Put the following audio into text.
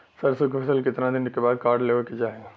सरसो के फसल कितना दिन के बाद काट लेवे के चाही?